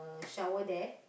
the shower there